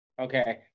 Okay